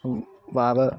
wow